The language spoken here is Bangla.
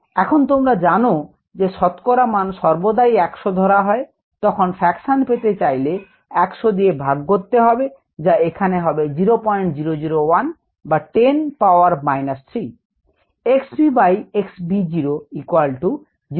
এখন তোমরা জানো যে শতকরা মান সর্বদাই 100 ধরা হয় তখন ফ্যাক্সান পেতে চাইলে 100 দিয়ে ভাগ করতে হবে যা এখানে হবে 0001 বা 10 পাওয়ার মাইনাস 3